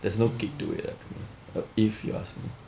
there's no kick to it ah to me uh if you ask me